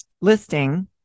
listing